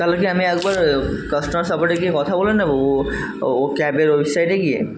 তাহলে কি আমি একবার কাস্টমার সাপোর্টে গিয়ে কথা বলে নেব ও ও ও ক্যাবের ওয়েবসাইটে গিয়ে